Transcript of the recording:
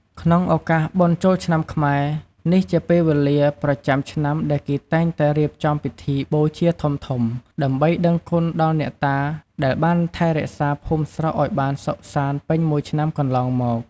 ក្នុងឱកាសបុណ្យចូលឆ្នាំខ្មែរ នេះជាពេលវេលាប្រចាំឆ្នាំដែលគេតែងតែរៀបចំពិធីបូជាធំៗ ដើម្បីដឹងគុណដល់អ្នកតាដែលបានថែរក្សាភូមិស្រុកឲ្យបានសុខសាន្តពេញមួយឆ្នាំកន្លងមក។